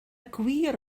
gwir